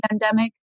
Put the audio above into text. pandemic